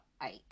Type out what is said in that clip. Ike